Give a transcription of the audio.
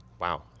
wow